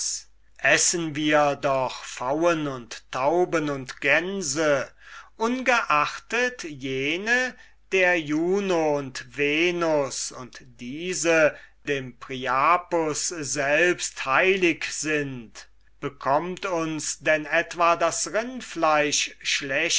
essen wir doch pfauen und tauben und gänse ungeachtet jene der juno und venus und diese dem priapus selbst heilig sind bekömmt uns denn etwa das